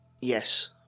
Yes